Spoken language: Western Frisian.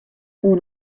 oan